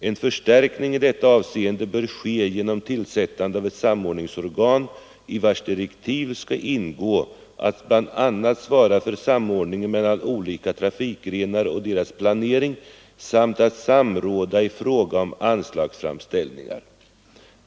En förstärkning i detta avseende bör ske genom tillsättande av ett samordningsorgan i vars direktiv skall ingå att bl.a. svara för samordningen mellan olika trafikgrenar och deras planering samt att samråda i fråga om anslagsframställningar.